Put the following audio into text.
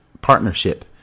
partnership